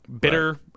bitter